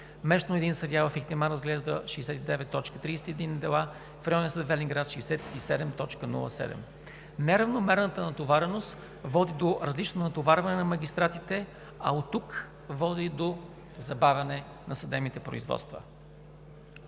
Месечно един съдия в Ихтиман разглежда 69,31 дела, а в Pайонен съд – Велинград – 67,08 дела. Неравномерната натовареност води до различно натоварване на магистратите, а оттук – до забавяне на съдебните производства.